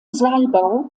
saalbau